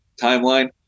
timeline